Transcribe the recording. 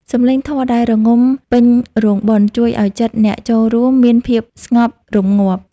សំឡេងធម៌ដែលរងំពេញរោងបុណ្យ ជួយឱ្យចិត្តអ្នកចូលរួមមានភាពស្ងប់រម្ងាប់។